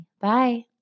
Bye